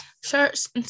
shirts